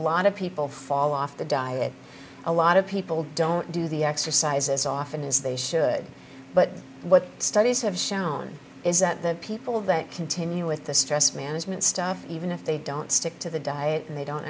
of people fall off the diet a lot of people don't do the exercise as often as they should but what studies have shown is that the people that continue with the stress management stuff even if they don't stick to the diet and they don't